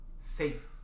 Safe